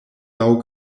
laŭ